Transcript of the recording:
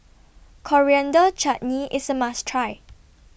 Coriander Chutney IS A must Try